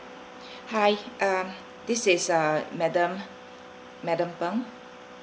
hi um this is uh madam madam pang